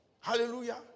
Hallelujah